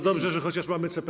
Dobrze, że chociaż mamy CPK.